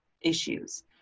issues